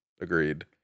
agreed